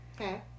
okay